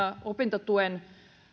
opintotuen